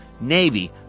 Navy